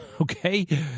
okay